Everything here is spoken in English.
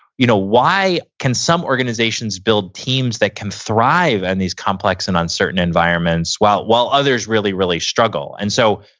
you know why can some organizations build teams that can thrive in and these complex and uncertain environments while while others really, really struggle? and so,